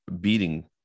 beating